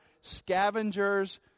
scavengers